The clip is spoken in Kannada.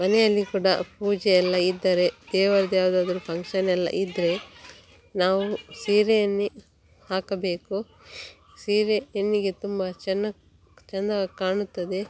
ಮನೆಯಲ್ಲಿ ಕೂಡ ಪೂಜೆ ಎಲ್ಲ ಇದ್ದರೆ ದೇವ್ರ್ದು ಯಾವುದಾದ್ರು ಫಂಕ್ಷನ್ ಎಲ್ಲ ಇದ್ದರೆ ನಾವು ಸೀರೆಯನ್ನೇ ಹಾಕಬೇಕು ಸೀರೆ ಹೆಣ್ಣಿಗೆ ತುಂಬ ಚೆನ್ನಾ ಚೆಂದವಾಗಿ ಕಾಣುತ್ತದೆ